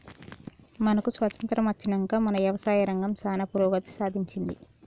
మనకు స్వాతంత్య్రం అచ్చినంక మన యవసాయ రంగం సానా పురోగతి సాధించింది